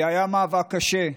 זה היה מאבק קשה,